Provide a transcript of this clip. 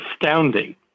astounding